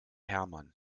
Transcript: hermann